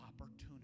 opportunity